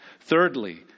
Thirdly